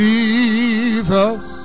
Jesus